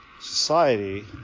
society –